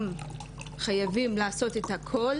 וחייבות לעשות את הכל